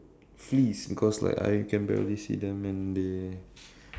fleas because like I can barely see them and they